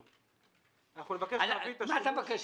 מה אתה רוצה